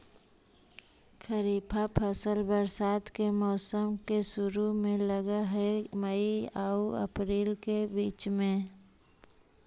खरीफ फसल बरसात के मौसम के शुरु में लग हे, मई आऊ अपरील के बीच में